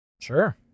Sure